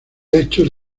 hechos